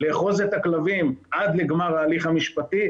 לאחוז את הכלבים עד לגמר ההליך המשפטי,